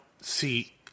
see